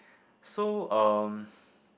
so um